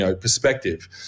perspective